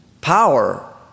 Power